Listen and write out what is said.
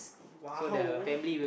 !wow!